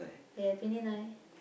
yeah twenty nine